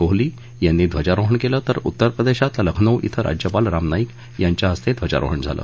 कोहली यांनी ध्वजारोहण केलं तर उत्तरप्रदेशात लखनऊ िश्व राज्यपाल राम नाईक यांच्या हस्ते ध्वजारोहण झालं